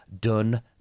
done